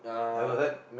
ever heard